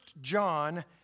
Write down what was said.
John